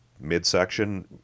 midsection